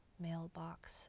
mailbox